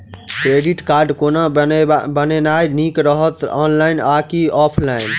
Credit card कोना बनेनाय नीक रहत? ऑनलाइन आ की ऑफलाइन?